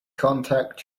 contact